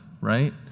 right